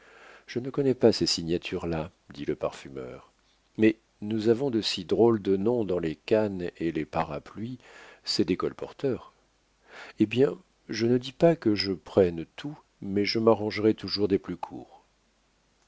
je ne connais pas ces signatures là dit le parfumeur mais nous avons de si drôles de noms dans les cannes et les parapluies c'est des colporteurs eh bien je ne dis pas que je prenne tout mais je m'arrangerai toujours des plus courts